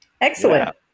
excellent